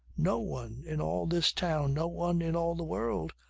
no one in all this town, no one in all the world,